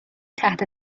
تحت